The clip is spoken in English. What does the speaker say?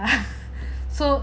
ya so